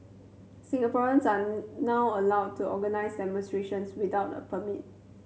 Singaporeans are now allowed to organise demonstrations without a permit